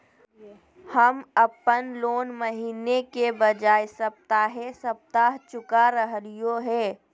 हम अप्पन लोन महीने के बजाय सप्ताहे सप्ताह चुका रहलिओ हें